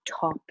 top